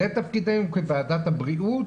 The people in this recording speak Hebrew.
זה תפקידנו כוועדת הבריאות,